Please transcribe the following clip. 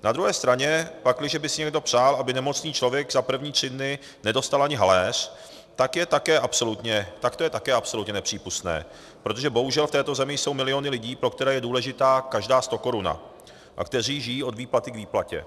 Na druhé straně pakliže by si někdo přál, aby nemocný člověk za první tři dny nedostal ani haléř, tak to je také absolutně nepřípustné, protože bohužel v této zemi jsou miliony lidí, pro které je důležitá každá stokoruna a kteří žijí od výplaty k výplatě.